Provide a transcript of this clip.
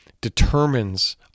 determines